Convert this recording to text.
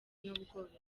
n’ubworozi